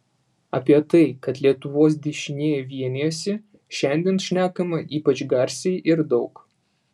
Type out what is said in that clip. apie tai kad lietuvos dešinieji vienijasi šiandien šnekama ypač garsiai ir daug